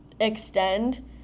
extend